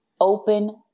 open